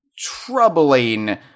troubling